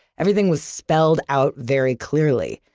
everything was spelled out very clearly,